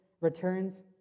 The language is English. returns